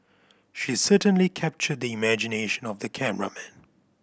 she certainly captured the imagination of the cameraman